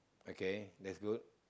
okay that's good